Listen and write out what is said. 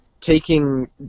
taking